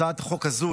הצעת החוק הזו,